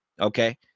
Okay